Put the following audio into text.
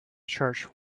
church